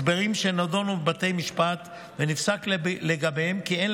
הסדרים שנדונו בבתי המשפט ונפסק לגביהם כי אין